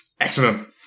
Excellent